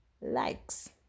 Likes